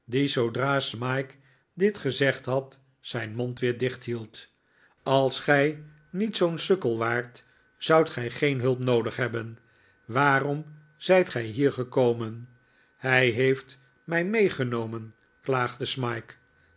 zoodra smike dit gezegd had zijn mond weer dichthield als gij niet zoo'n sukkel waart zoudt gij geen hulp noodig hebben waarom zijt gij hier gekomen hij heeft mij meegenomen klaagde smike